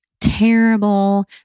terrible